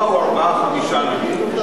אתה יודע, היינו אתך, באו ארבעה-חמישה נגיד.